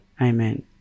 Amen